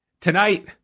Tonight